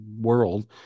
world